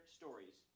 stories